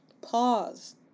Pause